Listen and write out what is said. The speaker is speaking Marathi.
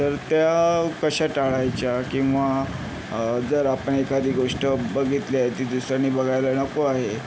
तर त्या कशा टाळायच्या किंवा जर आपण एखादी गोष्ट बघितली आहे ती दुसऱ्याने बघायला नको आहे